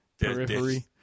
Periphery